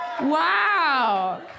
Wow